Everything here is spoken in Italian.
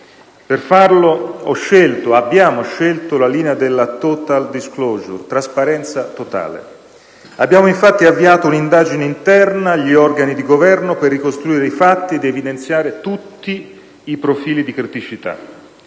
ho scelto, abbiamo scelto, la linea della *total disclosure*, della trasparenza totale. Abbiamo infatti avviato un'indagine interna agli organi di Governo per ricostruire i fatti ed evidenziare tutti i profili di criticità.